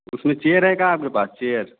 उसमें चेयर है क्या आपके पास चेयर